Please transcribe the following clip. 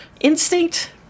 instinct